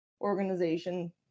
organization